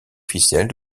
officiels